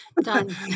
Done